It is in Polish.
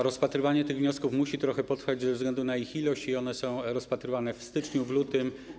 Rozpatrywanie wniosków musi trochę potrwać ze względu na ich ilość i one są rozpatrywane w styczniu, w lutym.